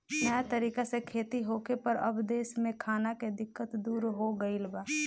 नया तरीका से खेती होखे पर अब देश में खाना के दिक्कत दूर हो गईल बा